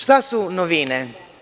Šta su novine?